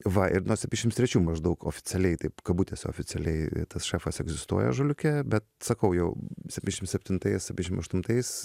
va ir nuo sepyšims trečių maždaug oficialiai taip kabutės oficialiai tas šefas egzistuoja ąžuoliuke bet sakau jau sepyšim septintais aštuntais